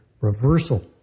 reversal